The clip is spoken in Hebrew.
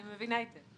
אני מבינה את זה.